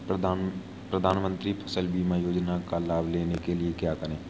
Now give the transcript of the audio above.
प्रधानमंत्री फसल बीमा योजना का लाभ लेने के लिए क्या करें?